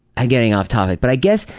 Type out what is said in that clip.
i'm getting off topic but i guess,